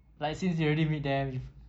like since you already meet them you've